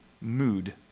mood